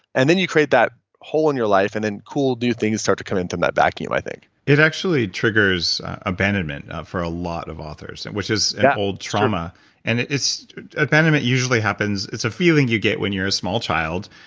and then you create that hole in your life and then cool new things start to come in from that vacuum, i think it actually triggers abandonment for a lot of authors, which is an old trauma and abandonment usually happens, it's a feeling you get when you're a small child.